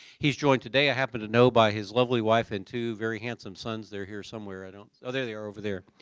he is joined today, i happen to know, by his lovely wife and two very handsome sons. they're here somewhere, i don't oh, there they are over there.